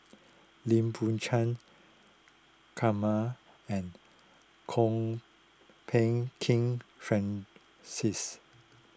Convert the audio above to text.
Lim Biow Chuan Kumar and Kwok Peng Kin Francis